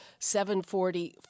740